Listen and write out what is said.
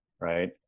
Right